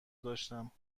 داشتم